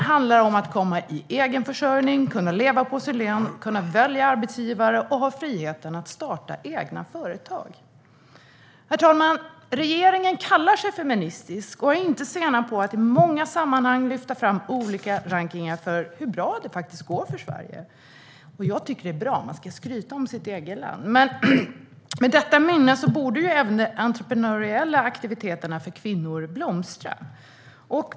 Det handlar även om att komma i egen försörjning, kunna leva på sin lön, kunna välja arbetsgivare och ha friheten att starta egna företag. Herr talman! Regeringen kallar sig feministisk och är inte sen med att i många sammanhang lyfta fram olika rankningar för hur bra det går för Sverige. Det tycker jag är bra. Man ska skryta om sitt eget land. Med detta i minne borde även de entreprenöriella aktiviteterna för kvinnor blomstra.